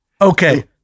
Okay